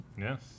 Yes